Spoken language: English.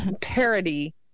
parody